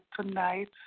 tonight